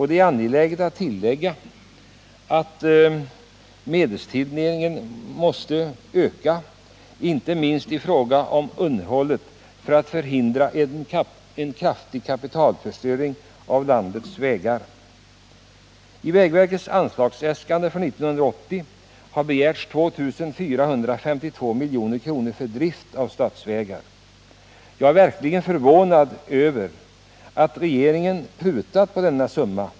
Det är angeläget att öka medelstilldelningen, inte minst till vägunderhållet, också för att förhindra en stor kapitalförstöring genom förslitning av landets vägar. Vägverket har i sitt anslagsäskande för nästa budgetår begärt 2 452 milj.kr. för drift av statsvägar. Jag är verkligen förvånad över att regeringen har prutat på denna summa.